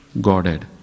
Godhead